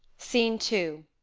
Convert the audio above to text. scene two.